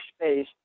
space